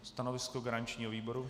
Stanovisko garančního výboru?